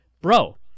bro